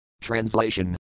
Translation